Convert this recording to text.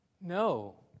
No